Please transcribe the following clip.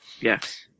Yes